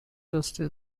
trustee